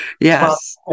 yes